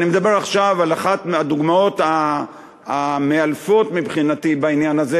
אני מדבר עכשיו על אחת הדוגמאות המאלפות מבחינתי בעניין הזה,